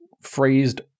phrased